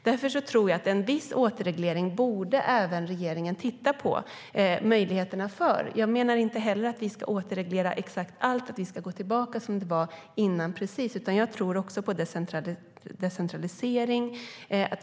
Därför anser jag att regeringen borde titta på möjligheterna för en viss återreglering. Jag menar inte heller att vi ska återreglera exakt allt och gå tillbaka till det som rådde tidigare, utan jag tror också på decentralisering.